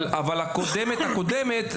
הקודמת-הקודמת,